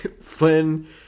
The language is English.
Flynn